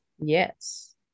Yes